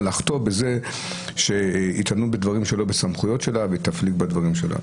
לחטוא בזה שהיא תדון בדברים שלא בסמכויות שלה והיא תפליג בדברים שלה.